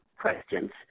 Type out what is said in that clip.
questions